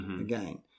again